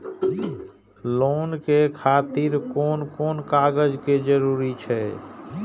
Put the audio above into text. Loan के खातिर कोन कोन कागज के जरूरी छै?